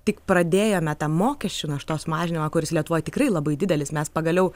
tik pradėjome tą mokesčių naštos mažinimą kuris lietuvoj tikrai labai didelis mes pagaliau